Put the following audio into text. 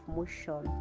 motion